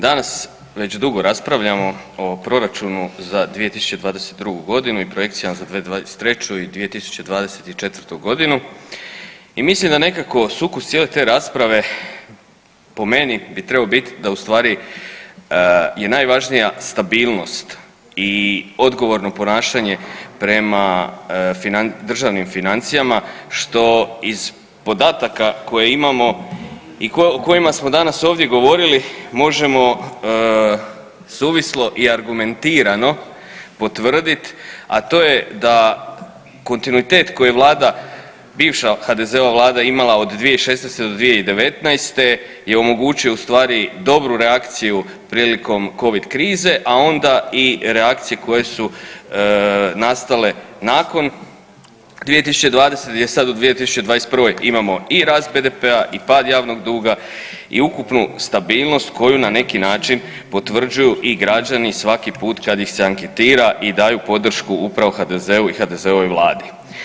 Danas već dugo raspravljamo o Proračunu za 2022. g. i projekcijama za 2023. i 2024. g. i mislim da nekako sukus cijele te rasprave po meni bi trebao biti da ustvari je najvažnija stabilnost i odgovorno ponašanje prema državnim financijama, što iz podataka koje imamo i kojima smo danas ovdje govorili, možemo suvislo i argumentirano potvrditi, a to je da kontinuitet koji je Vlada, bivša HDZ-ova Vlada imala od 2016. do 2019. je omogućio ustvari dobru reakciju prilikom Covid krize, a onda i reakcije koje su nastale nakon 2020., gdje je sad u 2021. imamo i rast BDP-a i pad javnog duga i ukupnu stabilnost koju na neki način potvrđuju i građani svaki put kad ih se anketira i daju podršku upravo HDZ-u i HDZ-ovoj Vladi.